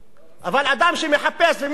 אבל אדם שמחפש ומתייאש,